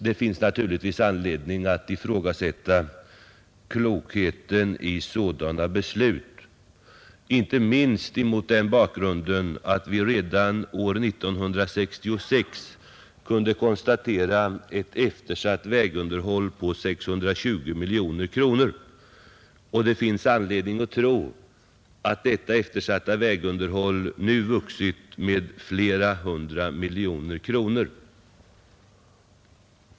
Det finns naturligtvis skäl att ifrågasätta klokheten av sådana beslut, inte minst mot den bakgrunden att vi redan år 1966 kunde konstatera ett eftersatt vägunderhåll på 620 miljoner kronor. Det är anledning tro att detta eftersatta vägunderhåll nu vuxit med flera hundra miljoner kronor.